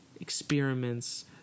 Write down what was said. experiments